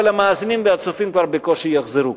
אבל המאזינים והצופים כבר בקושי יחזרו,